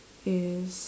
is